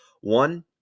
One